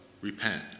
Repent